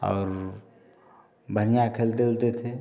और बढ़िया खेलते ओलते थे